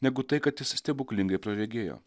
negu tai kad jisai stebuklingai praregėjo